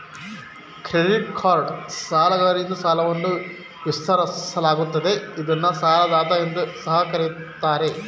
credit card ಸಾಲಗಾರರಿಂದ ಸಾಲವನ್ನ ವಿಸ್ತರಿಸಲಾಗುತ್ತದೆ ಇದ್ನ ಸಾಲದಾತ ಎಂದು ಸಹ ಕರೆಯುತ್ತಾರೆ